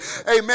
amen